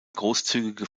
großzügige